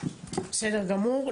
בסדר גמור.